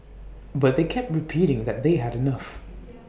but they kept repeating that they had enough